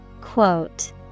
Quote